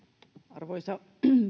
arvoisa